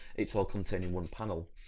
it's all contained in one panel.